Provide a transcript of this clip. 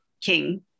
king